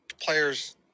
players